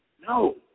No